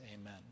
amen